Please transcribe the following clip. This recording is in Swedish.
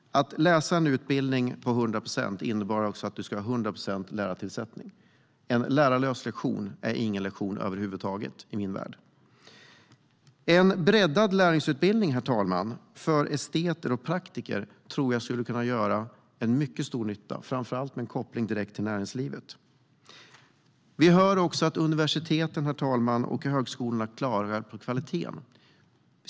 Att läsa en utbildning på 100 procent innebär att man också ska ha 100 procent lärartillsättning, herr talman. En lärarlös lektion är ingen lektion över huvud taget i min värld. En breddad lärlingsutbildning för esteter och praktiker tror jag skulle kunna göra mycket stor nytta, herr talman - framför allt med koppling direkt till näringslivet. Vi hör också att universiteten och högskolorna klagar på kvaliteten, herr talman.